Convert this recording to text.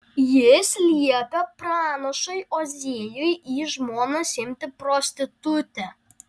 jis liepia pranašui ozėjui į žmonas imti prostitutę